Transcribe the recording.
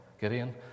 Gideon